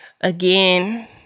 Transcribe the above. Again